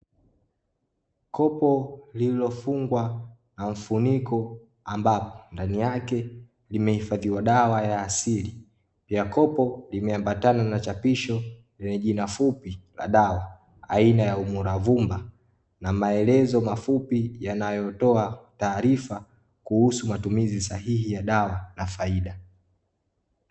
Kopo lililofungwa na mfuniko ambapo ndani yake limehifadhiwa dawa ya asili, pia kopo limeambatana na chapisho lenye jina fupi la dawa aina ya umura vumba na maelezo mafupi yanayotoa taarifa kuhusu matumizi sahihi ya dawa na faida.